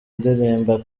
ndirimba